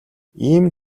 ийм